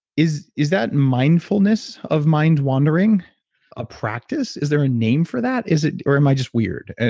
is is that mindfulness of mind-wandering a practice? is there a name for that? is it, or am i just weird? and